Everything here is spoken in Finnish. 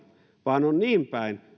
vaan on niin päin